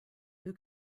who